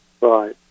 Right